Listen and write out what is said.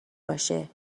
باشه